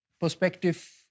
perspective